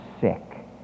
sick